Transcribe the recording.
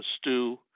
stew